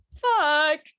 fuck